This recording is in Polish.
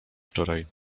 wczoraj